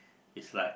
is like